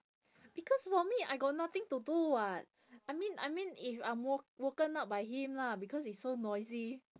because for me I got nothing to do [what] I mean I mean if I'm wo~ woken up by him lah because he's so noisy